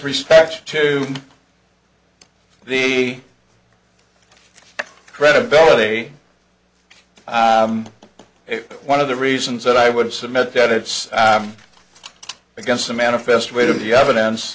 respect to the credibility if one of the reasons that i would submit that it's against the manifest weight of the evidence